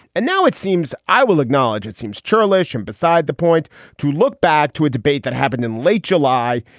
and now it seems i will acknowledge it seems churlish and beside the point to look bad to a debate that happened in late july,